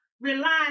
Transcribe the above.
relying